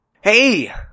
Hey